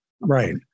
Right